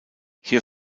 hier